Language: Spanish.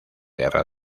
guerra